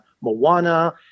Moana